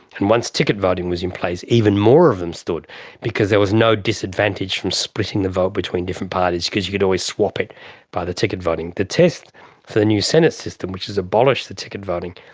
and once ticket voting was in place, even more of them stood because there was no disadvantage from splitting the vote between different parties because you could always swap it by the ticket voting. the test for the new senate system, which has abolished the ticket voting,